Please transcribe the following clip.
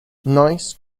nice